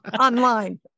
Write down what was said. online